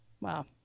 Wow